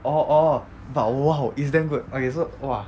orh orh but !wow! is damn good okay so !wah!